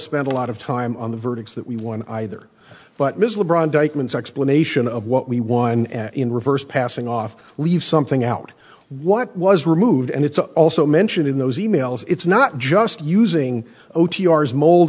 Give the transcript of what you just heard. spent a lot of time on the verdicts that we won either but miss le bron dykeman's explanation of what we won in reverse passing off leave something out what was removed and it's also mentioned in those emails it's not just using